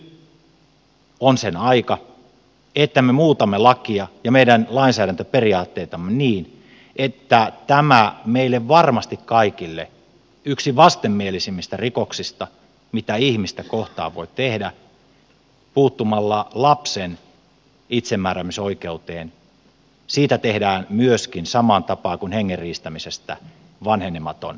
nyt on sen aika että me muutamme lakia ja meidän lainsäädäntöperiaatteitamme niin että tästä meille varmasti kaikille yhdestä vastenmielisimmistä rikoksista mitä ihmistä kohtaan voi tehdä puuttumalla lapsen itsemääräämisoikeuteen tehdään myöskin samaan tapaan kuin hengen riistämisestä vanhenematon rikos